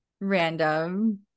random